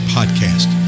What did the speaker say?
Podcast